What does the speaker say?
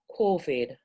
COVID